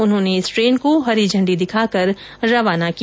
उन्होने इस ट्रेन को हरी झण्डी दिखाकर रवाना किया